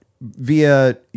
via